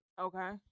Okay